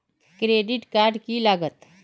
Credit card की लागत?